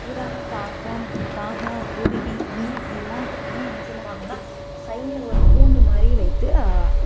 புறா காக்கா காகம் குருவி அணில் எல்லாத்துக்குமே என்ன பண்ணுவாங்கன்னால் சைடுல ஒரு கூண்டுமாதிரி வைத்து